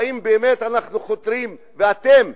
האם באמת אנחנו חותרים, ואתם,